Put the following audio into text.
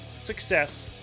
success